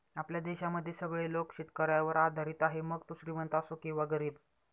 आपल्या देशामध्ये सगळे लोक शेतकऱ्यावर आधारित आहे, मग तो श्रीमंत असो किंवा गरीब